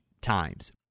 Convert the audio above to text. times